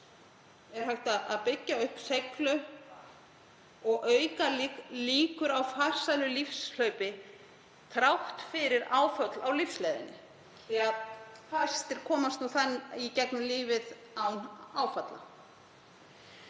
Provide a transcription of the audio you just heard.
er hægt að byggja upp seiglu og auka líkur á farsælu lífshlaupi þrátt fyrir áföll á lífsleiðinni því að fæstir komast í gegnum lífið án áfalla.